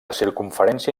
circumferència